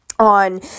on